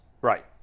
Right